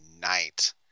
night